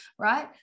right